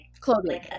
clothing